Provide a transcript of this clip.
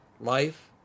life